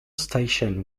station